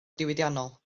diwydiannol